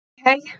Okay